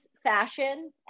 fashion